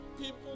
People